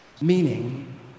meaning